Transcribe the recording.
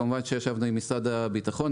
כמובן שישבנו עם משרד הביטחון,